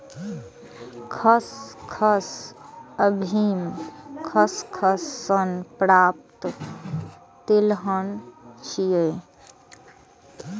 खसखस अफीम खसखस सं प्राप्त तिलहन छियै